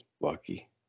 lucky